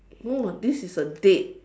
no this is a date